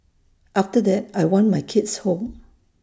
after that I want my kids home